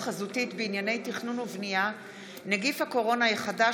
חזותית תכנון ובנייה (נגיף הקורונה החדש,